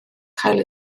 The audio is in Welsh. cael